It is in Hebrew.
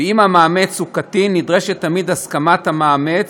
אם המאומץ הוא קטין, נדרשת תמיד הסכמת המאמץ,